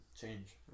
change